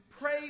pray